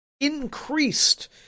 increased